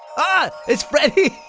ah its freddie